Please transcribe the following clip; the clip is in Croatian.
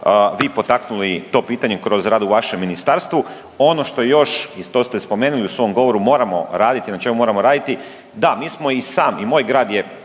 vi potaknuli to pitanje kroz rad u vašem ministarstvu. Ono što još i to ste spomenuli u svom govoru, moramo raditi, na čemu moram raditi, da, mi smo i sami i moj grad je